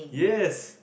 yes